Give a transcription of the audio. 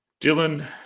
Dylan